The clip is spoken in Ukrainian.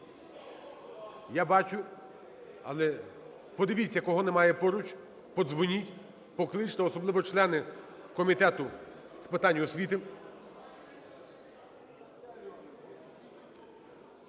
Я бачу, але… Подивіться, кого немає поруч, подзвоніть, покличте, особливо члени Комітету з питань освіти.